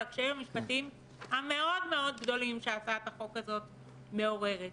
הקשיים המשפטיים הגדולים מאוד שהצעת החוק הזאת מעוררת.